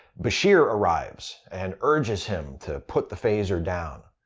bashir arrives and urges him to put the phaser down.